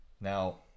Now